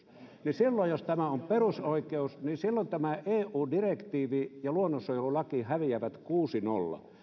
silloin jos tämä on perusoikeus niin eu direktiivi ja luonnonsuojelulaki häviävät kuusi viiva nolla